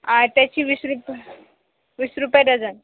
आहे त्याची वीस वीस वीस रुपये डझन